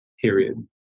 period